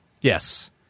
Yes